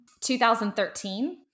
2013